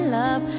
love